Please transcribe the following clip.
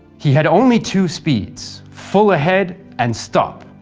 he had only two speeds, full ahead and stop,